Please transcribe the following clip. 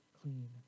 clean